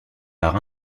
par